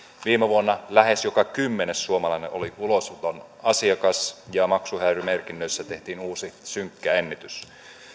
viime vuonna lähes joka kymmenes suomalainen oli ulosoton asiakas ja maksuhäiriömerkinnöissä tehtiin uusi synkkä ennätys